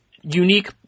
unique